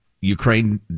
Ukraine